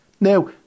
Now